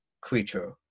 creature